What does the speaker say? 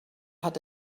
hat